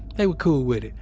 they were cool with it,